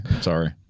sorry